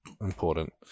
important